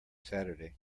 saturday